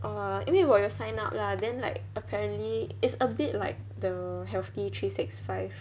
err 因为我有 sign up lah then like apparently is a bit like the healthy three six five